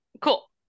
Cool